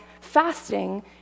fasting